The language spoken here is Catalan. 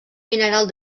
mineral